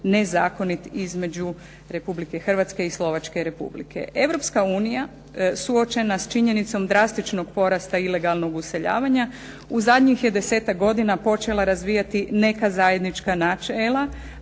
nezakonit između Republike Hrvatske i Slovačke Republike. Europska unija suočena s činjenicom drastičnog porasta ilegalnog useljavanja u zadnjih je desetak godina počela razvijati neka zajednička načela